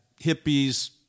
hippies